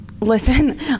Listen